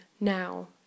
now